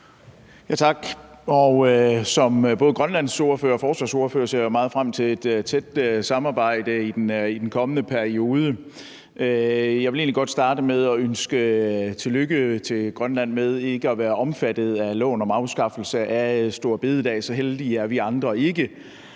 Tak. Som både grønlandsordfører og forsvarsordfører ser jeg meget frem til et tæt samarbejde i den kommende periode. Jeg vil egentlig godt starte med at ønske tillykke til Grønland med ikke at være omfattet af loven om afskaffelse af store bededag; så heldige er vi andre ikke.